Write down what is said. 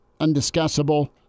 undiscussable